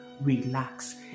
relax